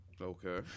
Okay